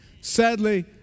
Sadly